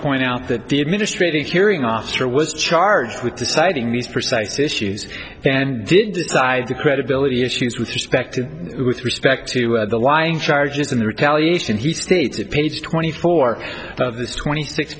point out that the administrative hearing officer was charged with deciding these precise issues and did decide the credibility issues with respect to with respect to the lying charges and the retaliation he states that page twenty four twenty six